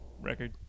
record